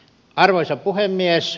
arvoisa puhemies